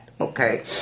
Okay